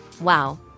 wow